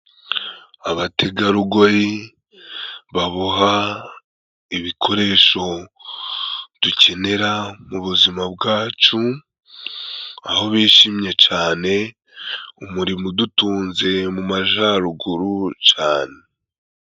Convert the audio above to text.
Abategarugori baboha ibikoresho dukenera mu buzima bwacu aho bishimye cane ,umurimo udutunze mu majaruguru cane.